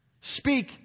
Speak